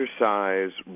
exercise